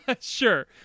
Sure